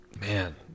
man